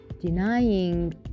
denying